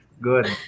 Good